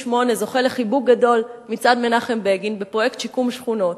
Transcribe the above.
1978 זוכה לחיבוק גדול מצד מנחם בגין בפרויקט שיקום שכונות,